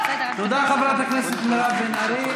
כל מה שאפשר כדי שיום אחד אתה לא תהיה פה.